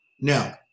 Now